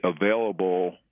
available